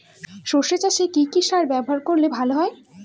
সর্ষে চাসে কি কি সার ব্যবহার করলে ভালো হয়?